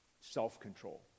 Self-control